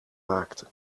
maakte